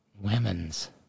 women's